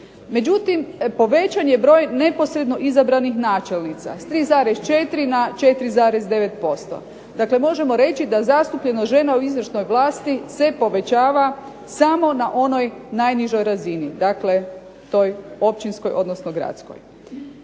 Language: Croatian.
Međutim, povećan je broj neposredno izabranih načelnica s 3,4 na 4,9%. Dakle možemo reći da zastupljenost žena u izvršnoj vlasti se povećava samo na onoj najnižoj razini, dakle toj općinskoj odnosno gradskoj.